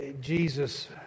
Jesus